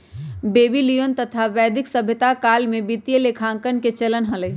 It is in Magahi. बेबीलोनियन तथा वैदिक सभ्यता काल में वित्तीय लेखांकन के चलन हलय